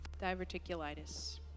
Diverticulitis